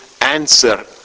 answer